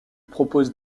propose